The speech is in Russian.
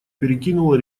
перекинула